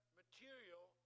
material